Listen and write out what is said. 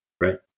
Right